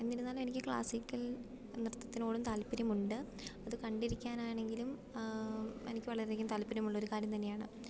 എന്നിരുന്നാലും എനിക്ക് ക്ലാസ്സിക്കൽ നൃത്തത്തിനോടും താല്പര്യമുണ്ട് അത് കണ്ടിരിക്കാനാണെങ്കിലും എനിക്ക് വളരെയധികം താല്പര്യമുള്ളൊരു കാര്യം തന്നെയാണ്